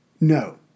no